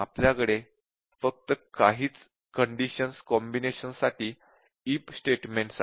आपल्याकडे फक्त काहीच कंडिशन्स कॉम्बिनेशन्स साठी इफ स्टेटमेंट्स आहेत